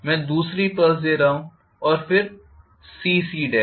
मैं दूसरी पल्स दे रहा हूं और फिर C और C